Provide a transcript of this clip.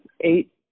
eight